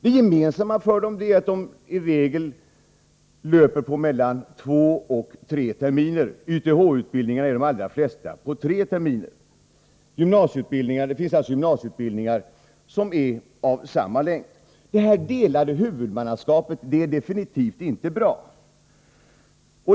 Det gemensamma är att de i regel löper på mellan två och tre terminer. YTH-utbildningarna är i de allra flesta fall på tre terminer. Det finns alltså gymnasieutbildningar som är av samma längd. Det här delade huvudmannaskapet är definitivt inte bra.